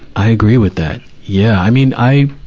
i agree with that. yeah. i mean, i,